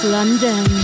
London